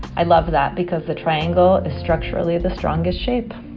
i love that because the triangle is structurally the strongest shape.